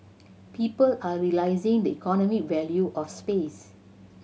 people are realising the economic value of space